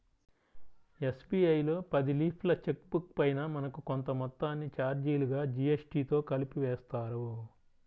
SBI లో పది లీఫ్ల చెక్ బుక్ పైన మనకు కొంత మొత్తాన్ని చార్జీలుగా జీఎస్టీతో కలిపి వేస్తారు